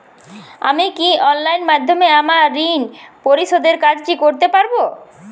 আমি কি অনলাইন মাধ্যমে আমার ঋণ পরিশোধের কাজটি করতে পারব?